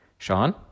Sean